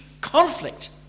conflict